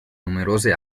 numerose